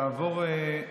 התשפ"ג 2023,